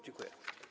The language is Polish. Dziękuję.